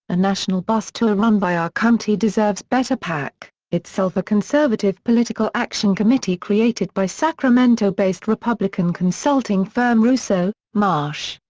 a national bus tour run by our country deserves better pac, itself a conservative political action committee created by sacramento-based republican consulting firm russo, marsh,